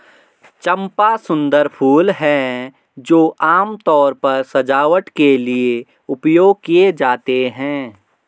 चंपा सुंदर फूल हैं जो आमतौर पर सजावट के लिए उपयोग किए जाते हैं